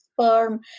sperm